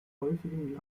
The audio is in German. häufigen